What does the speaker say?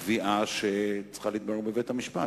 קביעה שצריכה להתברר בבית-המשפט?